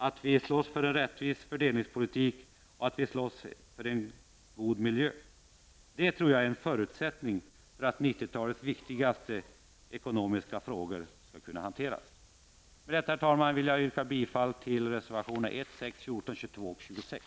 Vi måste slåss för en rättvis fördelningspolitik och för en god miljö. Det tror jag är en förutsättning för att 90-talets viktigaste ekonomiska frågor skall kunna hanteras. Med detta, herr talman, vill jag yrka bifall till reservationerna 1, 6, 14, 22 och 26.